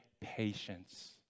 patience